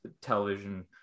television